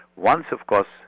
once of course,